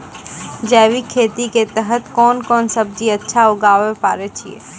जैविक खेती के तहत कोंन कोंन सब्जी अच्छा उगावय पारे छिय?